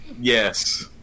Yes